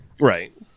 Right